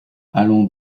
allons